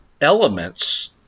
elements